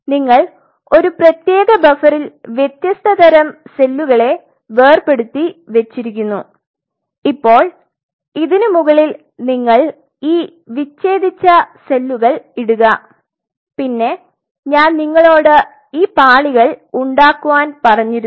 നിങ്ങൾ ഒരു പ്രത്യേക ബഫറിൽ വ്യത്യസ്ത തരം സെല്ലുകളെ വേർപെടുത്തി വെച്ചിരുന്നു ഇപ്പോൾ ഇതിനുമുകളിൽ നിങ്ങൾഈ വിച്ഛേദിച്ച സെല്ലുകൾ ഇടുക പിന്നെ ഞാൻ നിങ്ങളോട് ഈ പാളികൾ ഉണ്ടാകുവാൻ പറഞ്ഞിരുന്നു